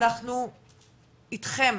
אנחנו אתכם,